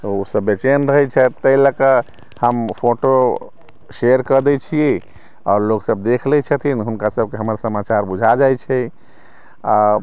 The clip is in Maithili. ओ सभ बेचैन रहै छथि तेहि लऽकऽ हम फोटो शेयर कय दै छी आओर लोक सभ देखि लै छथिन हुनका सभके हमर समाचार बुझा जाइ छै